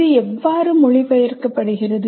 இது எவ்வாறு மொழிபெயர்க்கப்படுகிறது